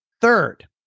Third